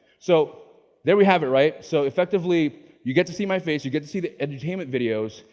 so there we have it right. so effectively you get to see my face, you get to see the edutainment videos,